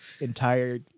entire